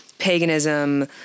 paganism